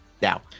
Now